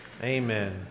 Amen